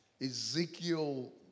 Ezekiel